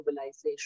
globalization